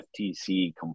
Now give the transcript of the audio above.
FTC